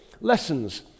lessons